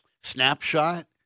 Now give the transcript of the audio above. snapshot